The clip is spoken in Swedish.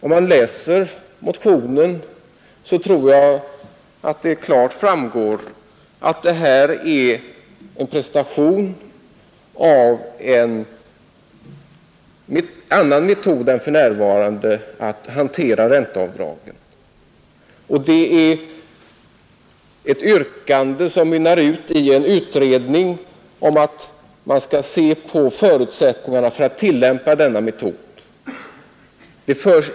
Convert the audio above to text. Om man läser motionen tror jag man skall finna att det klart framgår att det här är en presentation av en annan metod än den nuvarande att hantera ränteavdraget. Yrkandet i motionen mynnar ut i en hemställan om utredning om förutsättningarna för att tillämpa denna metod.